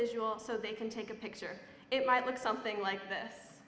assembly so they can take a picture it might look something like this